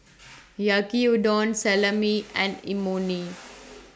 Yaki Udon Salami and Imoni